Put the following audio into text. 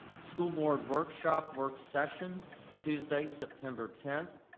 school board workshop work session tuesday, september tenth.